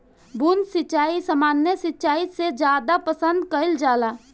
बूंद सिंचाई सामान्य सिंचाई से ज्यादा पसंद कईल जाला